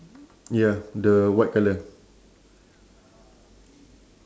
ya the white colour